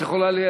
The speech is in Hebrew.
את יכולה לקרוא,